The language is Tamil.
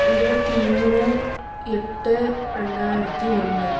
இருபத்தி மூணு எட்டு ரெண்டாயிரத்தி ஒன்று